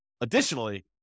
additionally